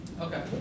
Okay